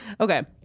Okay